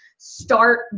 start